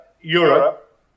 Europe